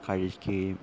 കഴിക്കുകയും